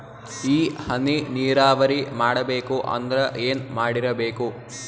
ಈ ಹನಿ ನೀರಾವರಿ ಮಾಡಬೇಕು ಅಂದ್ರ ಏನ್ ಮಾಡಿರಬೇಕು?